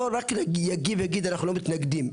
לא רק יגיד אנחנו לא מתנגדים,